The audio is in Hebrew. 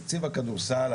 תקציב הכדורסל,